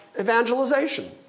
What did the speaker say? evangelization